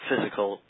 physical